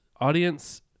audience